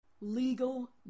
Legal